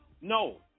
No